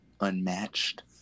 Unmatched